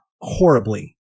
horribly